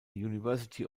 university